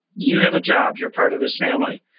you have a job, you're part of this family.